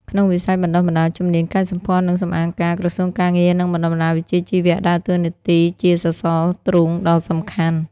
ក្នុងវិស័យបណ្ដុះបណ្ដាលជំនាញកែសម្ផស្ស និងសម្អាងការ ក្រសួងការងារ និងបណ្ដុះបណ្ដាលវិជ្ជាជីវៈ ដើរតួនាទីជាសសរទ្រូងដ៏សំខាន់។